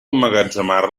emmagatzemar